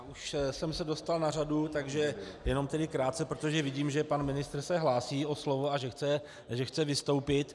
Už jsem se dostal na řadu, takže jenom krátce, protože vidím, že pan ministr se hlásí o slovo a že chce vystoupit.